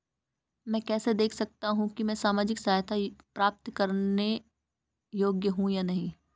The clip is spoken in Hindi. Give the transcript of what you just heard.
मैं कैसे देख सकता हूं कि मैं सामाजिक सहायता प्राप्त करने योग्य हूं या नहीं?